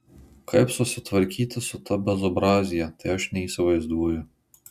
kaip susitvarkyti su ta bezobrazija tai aš neįsivaizduoju